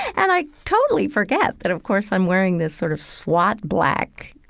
and i totally forget that of course i'm wearing this sort of swat black,